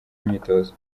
imyitozo